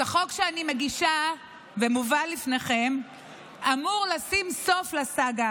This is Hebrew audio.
אז החוק שאני מגישה ומובא בפניכם אמור לשים סוף לסאגה